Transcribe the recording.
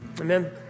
amen